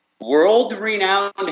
world-renowned